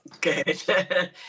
good